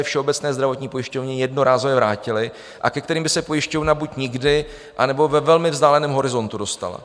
Všeobecné zdravotní pojišťovně jednorázově vrátily a ke kterým by se pojišťovna buď nikdy, anebo ve velmi vzdáleném horizontu dostala.